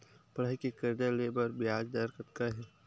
पढ़ई के कर्जा ले बर ब्याज दर कतका हे?